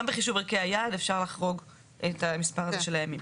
גם בחישוב ערכי היעד אפשר לחרוג את המספר הזה של הימים.